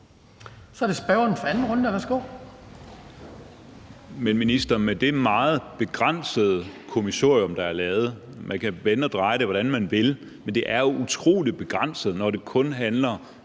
17:33 Peter Skaarup (DD): Men, minister, er det med det meget begrænsede kommissorium, der er lavet – man kan vende og dreje det, hvordan man vil, men det er jo utrolig begrænset, når det kun handler om